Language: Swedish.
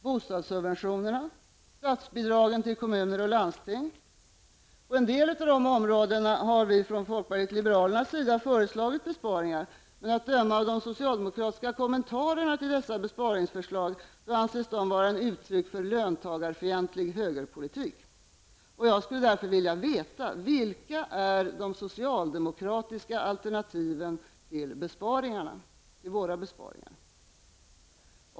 Bostadssubventionerna? Statsbidragen till kommuner och landsting? På en del av dessa områden har vi från folkpartiet liberalerna föreslagit besparingar, men att döma av de socialdemokratiska kommentarerna till dessa besparingsförslag anses de vara uttryck för en löntagarfientlig högerpolitik. Jag skulle därför vilja veta: Vilka är de socialdemokratiska alternativen till våra besparingar?